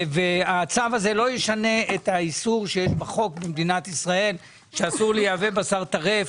הצו הזה לא ישנה את האיסור בחוק במדינת ישראל שאסור לייבא בשר טרף.